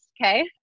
okay